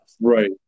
right